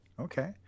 Okay